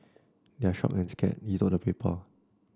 they're shocked and scared he told the paper